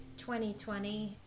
2020